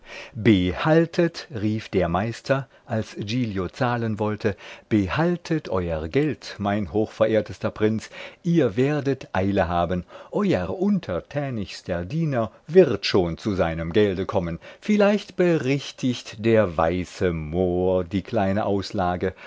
behaltet rief der meister als giglio zahlen wollte behaltet euer geld mein hochverehrtester prinz ihr werdet eile haben euer untertänigster diener wird schon zu seinem gelde kommen vielleicht berichtigt der weiße mohr die kleine auslage